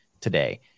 today